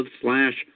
slash